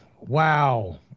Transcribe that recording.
wow